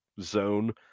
zone